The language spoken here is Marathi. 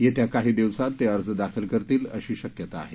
येत्या काही दिवसात ते अर्ज दाखल करतील अशी शक्यता आहे